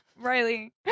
Riley